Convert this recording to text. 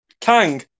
Kang